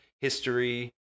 history